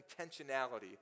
intentionality